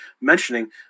mentioning